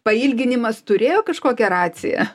pailginimas turėjo kažkokią raciją